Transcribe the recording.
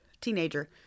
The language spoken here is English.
Teenager